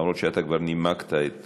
למרות שאתה כבר נימקת את